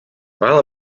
while